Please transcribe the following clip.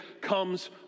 comes